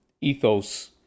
ethos